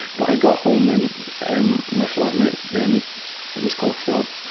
but i got home and and my flat mate then was called phil,